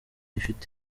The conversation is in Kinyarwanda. ifite